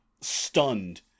stunned